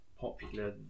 popular